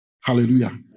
Hallelujah